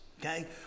Okay